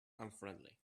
unfriendly